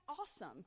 awesome